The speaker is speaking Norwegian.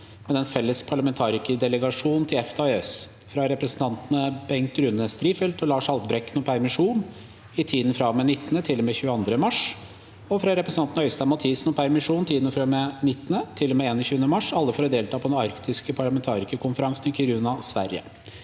med den felles parlamentarikerdelegasjonen til EFTA og EØS – fra representantene Bengt Rune Strifeldt og Lars Haltbrekken om permisjon i tiden fra og med 19. til og med 22. mars, og fra representanten Øystein Mathisen om permisjon i tiden fra og med 19. til og med 21. mars – alle for å delta på den arktiske parlamentarikerkonferansen i Kiruna, Sverige